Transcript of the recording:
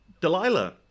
Delilah